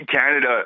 Canada